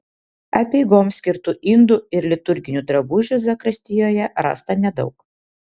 apeigoms skirtų indų ir liturginių drabužių zakristijoje rasta nedaug